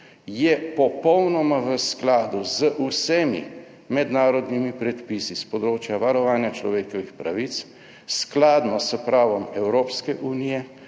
je popolnoma v skladu z vsemi mednarodnimi predpisi s področja varovanja človekovih pravic, skladno s pravom Evropske unije